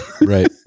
right